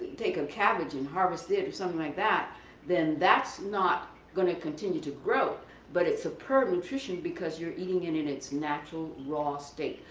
take a cabbage and harvest it or something like that then that's not gonna continue to grow but it's a pure nutrition because you are eating it in it's natural raw state.